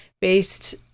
based